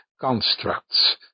constructs